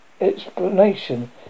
explanation